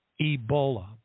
Ebola